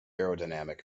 aerodynamic